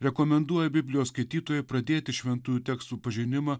rekomenduoja biblijos skaitytojui pradėti šventųjų tekstų pažinimą